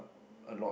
a lot